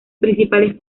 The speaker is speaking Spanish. principales